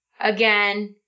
Again